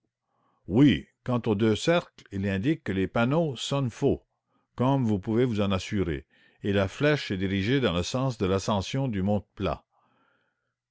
oui quant aux deux cercles ils indiquent que les panneaux sonnent faux comme vous pouvez vous en assurer et la flèche est dirigée dans le sens de l'ascension du